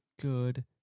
good